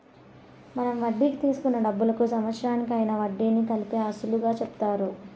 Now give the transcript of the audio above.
మనం వడ్డీకి తీసుకున్న డబ్బులకు సంవత్సరానికి అయ్యిన వడ్డీని కలిపి అసలుగా చెప్తారు